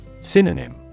Synonym